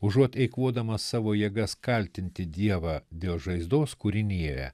užuot eikvodamas savo jėgas kaltinti dievą dėl žaizdos kūrinijoje